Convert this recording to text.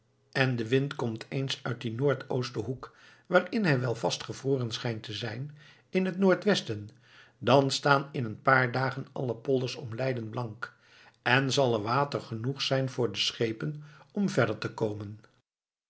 en de wind komt eens uit dien noordoosten hoek waarin hij wel vastgevroren schijnt te zijn in het noordwesten dan staan in een paar dagen alle polders om leiden blank en zal er water genoeg zijn voor de schepen om verder te komen